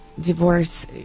Divorce